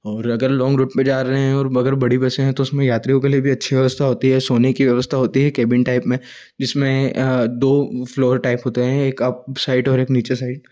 अगर long route पर जा रहें हैं अगर बड़ी बसें हैं तो उसमें यात्रियों के लिए भी अच्छी व्यवस्था होती है सोने की व्यवस्था होती है केबिन टाइप में जिसमें आ दो फ्लोर टाइप होते हैं एक अप साइड और एक लो साइड